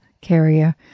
carrier